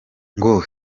ngo